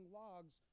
logs